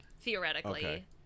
theoretically